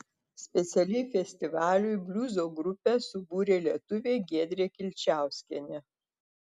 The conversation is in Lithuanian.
specialiai festivaliui bliuzo grupę subūrė lietuvė giedrė kilčiauskienė